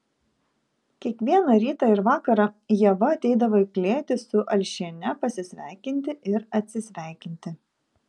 kiekvieną rytą ir vakarą ieva ateidavo į klėtį su alšiene pasisveikinti ir atsisveikinti